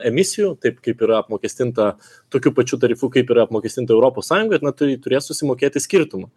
emisijų taip kaip yra apmokestinta tokiu pačiu tarifu kaip yra apmokestinta europos sąjunga na turi turės susimokėti skirtumą